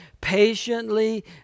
patiently